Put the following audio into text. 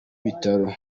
bitaro